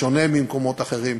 בשונה ממקומות אחרים,